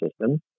system